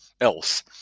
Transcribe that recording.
else